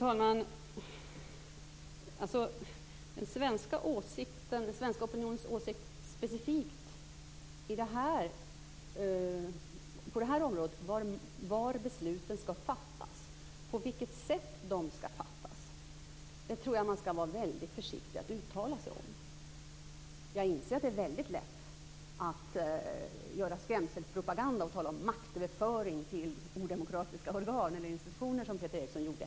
Fru talman! Den svenska opinionens åsikt när det specifikt gäller var besluten skall fattas och på vilket sätt de skall fattas tror jag att man skall vara väldigt försiktig att uttala sig om. Jag inser att det är väldigt lätt att föra skrämselpropaganda och tala om maktöverföring till odemokratiska organ eller institutioner, som Peter Eriksson gjorde.